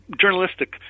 journalistic